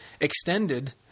Extended